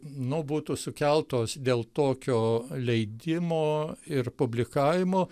nu būtų sukeltos dėl tokio leidimo ir publikavimo